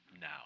now